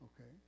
okay